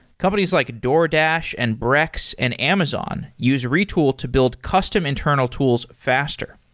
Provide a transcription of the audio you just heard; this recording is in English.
companies like a doordash, and brex, and amazon use retool to build custom internal tools faster.